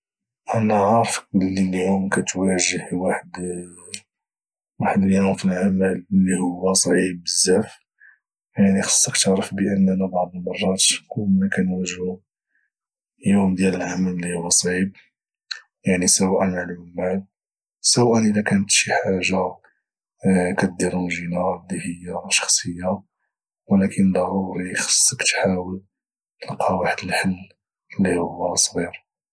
انا عارفك بلي اليوم كتواجه واحد اليوم في العمل اللي هو صعيب بزاف يعني خصك تعرف باننا بعد المرات كلنا كنواجهو يعني يوم ديال العمل صعيب يعني سواءا مع العمال سواء الى كانت شي حاجة كديرونجينا اللي هي شخصية ولكن ضروري خصك تحاول تلقا واحد الحال اللي هو صغير